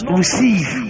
receive